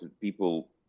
People